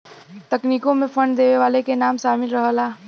तकनीकों मे फंड देवे वाले के नाम सामिल रहला